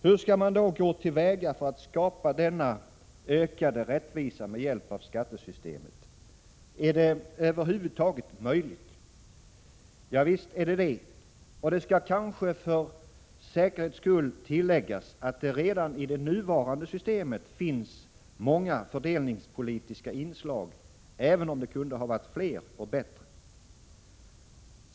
Hur skall man då gå till väga för att skapa denna ökade rättvisa med hjälp av skattesystemet? Är det över huvud taget möjligt? Ja visst, och det skall kanske för säkerhets skull tilläggas, att det redan i det nuvarande systemet finns många fördelningspolitiska inslag, även om det kunde ha varit fler och bättre.